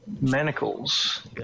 Manacles